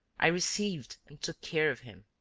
i received and took care of him.